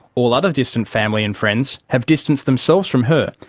all other distant family and friends have distanced themselves from her,